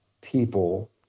people